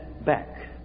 back